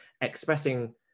expressing